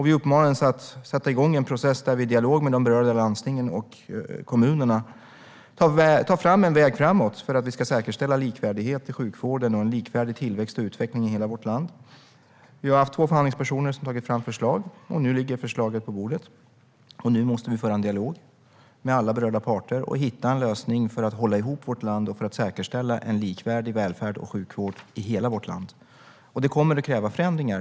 Vi uppmanades att sätta igång en process där vi i dialog med de berörda landstingen och kommunerna tar fram en väg framåt för att säkerställa likvärdighet i sjukvården och likvärdig tillväxt och utveckling i hela vårt land. Vi har haft två förhandlingspersoner som har tagit fram ett förslag, och nu ligger förslaget på bordet. Nu måste vi föra en dialog med alla berörda parter och hitta en lösning för att hålla ihop vårt land och säkerställa likvärdig välfärd och sjukvård i hela vårt land. Det kommer att kräva förändringar.